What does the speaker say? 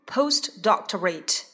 Postdoctorate